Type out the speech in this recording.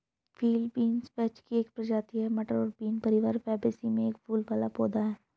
field beans vetch की एक प्रजाति है, मटर और बीन परिवार फैबेसी में एक फूल वाला पौधा है